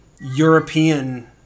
European